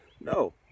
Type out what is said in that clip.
No